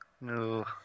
No